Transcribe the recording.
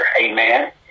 Amen